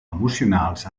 emocionals